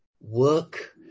work